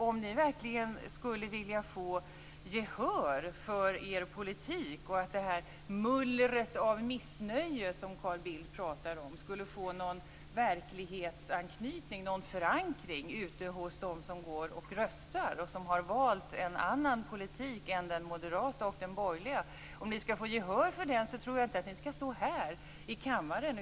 Om ni verkligen skulle vilja få gehör för er politik, och att det här mullret av missnöje som Carl Bildt pratar om skulle få en verklighetsanknytning, en förankring ute bland dem som går och röstar och som har valt en annan politik än den moderata och den borgerliga, då tror jag inte att ni skall stå här i kammaren.